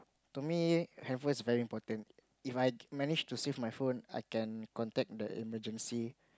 to me handphone is very important If I manage to save my phone I can contact the emergency